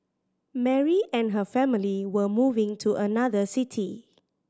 Mary and her family were moving to another city